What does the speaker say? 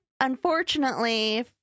unfortunately